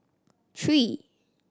three